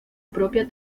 propia